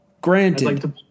granted